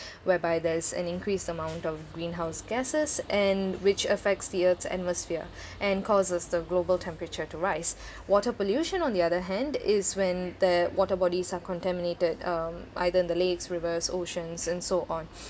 whereby there is an increase amount of greenhouse gases and which affects the earth's atmosphere and causes the global temperature to rise water pollution on the other hand is when the water bodies are contaminated um either the lakes rivers oceans and so on